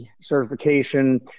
certification